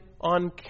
on